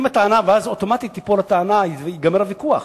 ואז, אוטומטית, תיפול הטענה וייגמר הוויכוח.